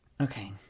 Okay